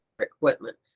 equipment